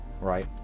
right